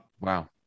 Wow